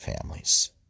families